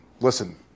listen